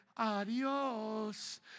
adios